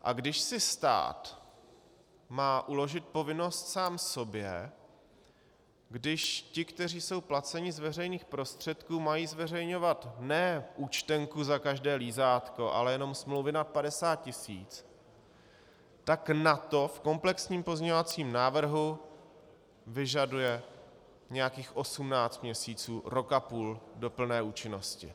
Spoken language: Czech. A když si stát má uložit povinnost sám sobě, když ti, kteří jsou placeni z veřejných prostředků, mají zveřejňovat ne účtenku za každé lízátko, ale jenom smlouvy nad 50 tisíc, tak na to v komplexním pozměňovacím návrhu vyžaduje nějakých 18 měsíců, rok a půl do plné účinnosti.